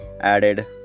added